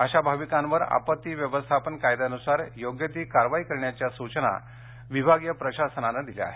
अशा भाविकांवर आपत्ती व्यवस्थापन कायद्यानुसार योग्य ती कारवाई करण्याच्या सूचना विभागीय प्रशासनानं दिल्या आहेत